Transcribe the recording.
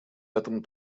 этом